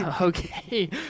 Okay